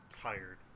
tired